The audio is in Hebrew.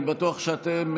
אני בטוח שאתם,